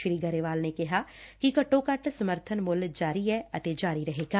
ਸ੍ਰੀ ਗਰੇਵਾਲ ਨੇ ਕਿਹਾ ਕਿ ਘੁੱਟੋ ਘੱਟ ਸਮਰਥਨ ਮੁੱਲ ਜਾਰੀ ਐ ਅਤੇ ਜਾਰੀ ਰਹੇਗਾ